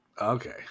Okay